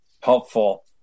helpful